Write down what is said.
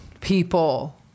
people